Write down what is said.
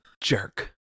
Jerk